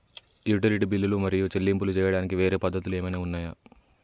Utility బిల్లులు మరియు చెల్లింపులు చేయడానికి వేరే పద్ధతులు ఏమైనా ఉన్నాయా?